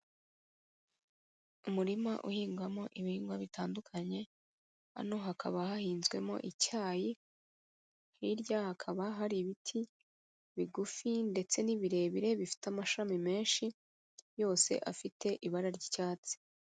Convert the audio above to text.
Umurima uhingwamo ibihingwa bitandukanye, hano hakaba hahinzwemo icyayi, hirya hakaba hari ibiti bigufi, ndetse n'ibirebire bifite amashami menshi, yose afite ibara ry'icyatsi.